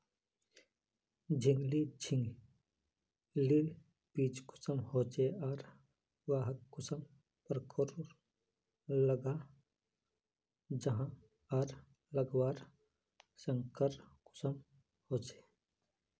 झिंगली झिंग लिर बीज कुंसम होचे आर वाहक कुंसम प्रकारेर लगा जाहा आर लगवार संगकर कुंसम होचे?